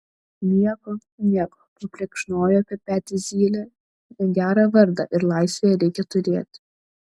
nieko nieko paplekšnojo per petį zylė gerą vardą ir laisvėje reikia turėti